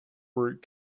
root